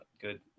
good